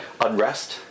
unrest